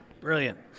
Brilliant